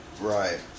Right